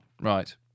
Right